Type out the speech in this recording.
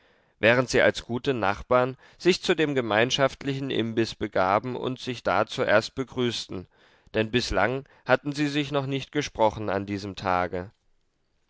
während sie als gute nachbarn sich zu dem gemeinschaftlichen imbiß begaben und sich da zuerst begrüßten denn bislang hatten sie sich noch nicht gesprochen an diesem tage